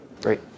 Great